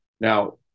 Now